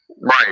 Right